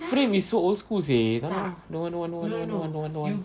frame is so old school seh tak nak ah don't want don't want don't want don't want don't want don't want